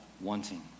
wanting